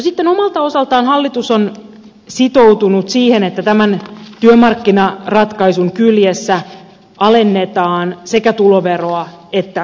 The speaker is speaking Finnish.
sitten omalta osaltaan hallitus on sitoutunut siihen että tämän työmarkkinaratkaisun kyljessä alennetaan sekä tuloveroa että yhteisöveroa